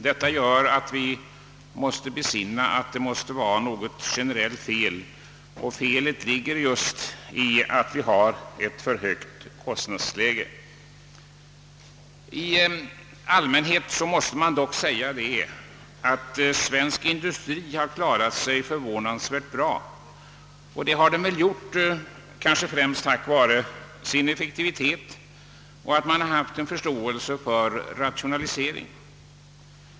Detta gör att vi bör besinna, om det inte föreligger något generellt fel, nämligen att vi har ett för högt kostnadsläge. I allmänhet måste man dock säga att svensk industri har klarat sig förvånansvärt bra trots det höga kostnadsläget, och det är väl kanske främst tack vare industriens effektivitet och förståelsen för rationaliseringar.